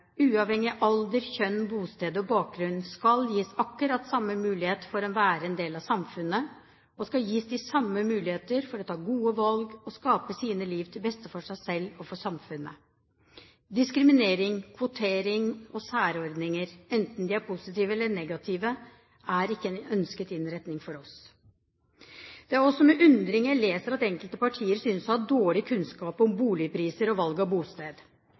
uavhengig av alder, kjønn, bosted og bakgrunn, skal gis akkurat samme mulighet til å være en del av samfunnet og skal gis de samme muligheter til å ta gode valg og skape sitt liv til beste for seg selv og for samfunnet. Diskriminering, kvotering og særordninger, enten de er positive eller negative, er ikke en ønsket innretning for oss. Det er også med undring jeg leser at enkelte partier synes å ha dårlig kunnskap om boligpriser og valg av bosted.